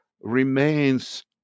remains